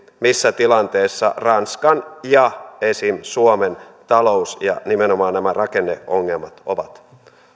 missä tilanteessa ranskan ja esimerkiksi suomen talous ja nimenomaan nämä rakenneongelmat ovat